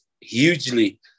hugely